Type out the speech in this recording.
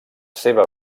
seva